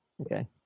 Okay